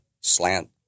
slant